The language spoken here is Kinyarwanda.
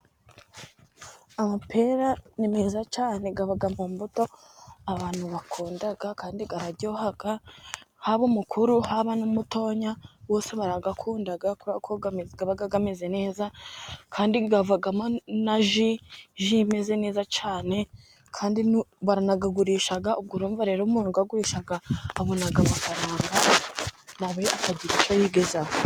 Amapera ni meza cyane. Aba mu mbuto abantu bakunda kandi araryoha. Haba umukuru, haba n'umutoya, bose barayakunda, kubera ko aba ameze neza kandi avamo na ji imeze neza cyane. Kandi banayagurisha. urumva rero ko umuntu uyagurisha abona amafaranga, na we akagira icyo yigezaho.